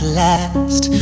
last